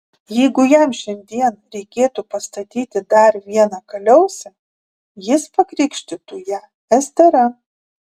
jeigu jam šiandien reikėtų pastatyti dar vieną kaliausę jis pakrikštytų ją estera